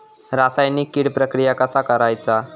रासायनिक कीड प्रक्रिया कसा करायचा?